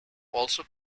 also